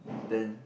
then